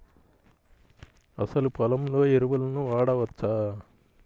అసలు పొలంలో ఎరువులను వాడవచ్చా?